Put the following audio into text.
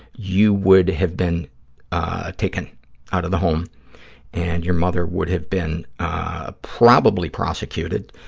you would have been taken out of the home and your mother would have been probably prosecuted,